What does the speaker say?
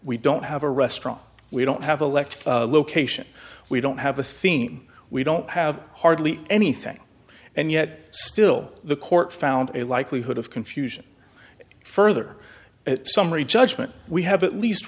we don't have a restaurant we don't have elect location we don't have a theme we don't have hardly anything and yet still the court found a likelihood of confusion further summary judgment we have at least